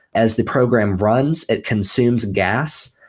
as the program runs, it consumes gas,